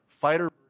Fighter